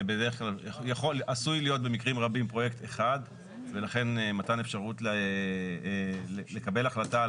זה עשוי להיות במקרים רבים פרויקט אחד ולכן מתן אפשרות לקבל החלטה על